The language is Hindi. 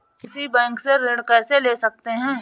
किसी बैंक से ऋण कैसे ले सकते हैं?